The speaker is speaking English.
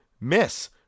miss